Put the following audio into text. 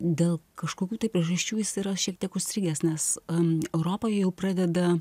dėl kažkokių priežasčių jis yra šiek tiek užstrigęs nes europoj jau pradeda